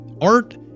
Art